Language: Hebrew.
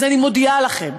אז אני מודיעה לכם: